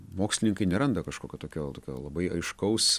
mokslininkai neranda kažkokio tokio tokio labai aiškaus